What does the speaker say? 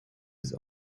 his